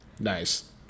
Nice